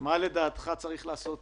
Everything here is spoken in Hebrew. מה לדעתך צריך לעשות